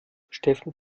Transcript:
steffen